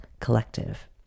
collective